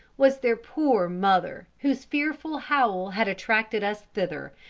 was their poor mother, whose fearful howl had attracted us thither,